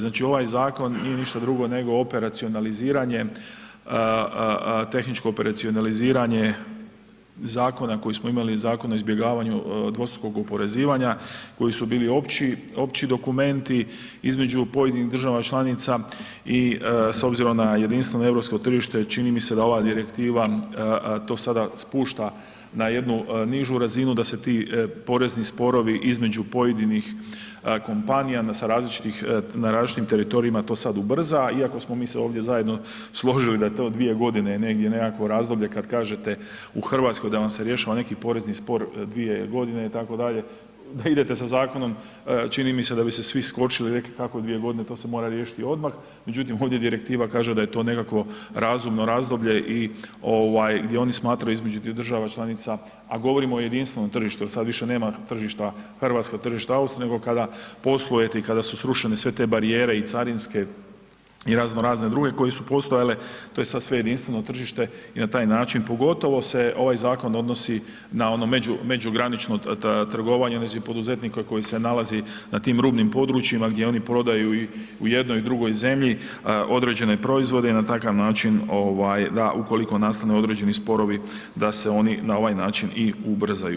Znači ovaj zakon nije ništa drugo nego operacionaliziranje, tehničko operacionaliziranje zakona koji smo imali, Zakona o izbjegavanju dvostrukog oporezivanja, koji su bili opći dokumenti između pojedinih država članica i s obzirom na jedinstveno europsko tržište, čini mi se da ova direktiva to sada spušta na jednu nižu razinu da se porezni sporovi između pojedinih kompanija sa različitih, na različitim teritorijama to sada ubrza iako smo mi se ovdje zajedno složili da je to dvije godine negdje nekakvo razdoblje kad kažete u Hrvatskoj da vam se rješava neki porezni spor dvije godine itd., da idete sa zakonom čini mi se da bi se svi skočili i rekli kako dvije godine to se mora riješiti odmah, međutim ovdje direktiva kaže da je to nekakvo razumno razdoblje i ovaj gdje oni smatraju između država članica, a govorimo o jedinstvenom tržištu, jer sad više nema tržišta Hrvatsko tržište …/nerazumljivo/… nego kada posluje i kada su srušene sve te barijere i carinske i razno razne druge koje su postojale to je sad sve jedinstveno tržište i na taj način pogotovo se ovaj zakon odnosi na ono međugranično trgovanje onih svih poduzetnika koji se nalazi na tim rubnim područjima gdje oni prodaju u jednoj i drugoj zemlji određene proizvode i na takav način ovaj da ukoliko nastanu određeni sporovi da se oni na ovaj način i ubrzaju.